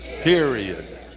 period